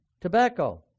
tobacco